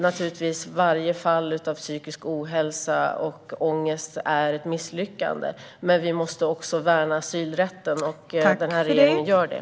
Naturligtvis är varje fall av psykisk ohälsa och ångest ett misslyckande, men vi måste också värna asylrätten. Och den här regeringen gör det.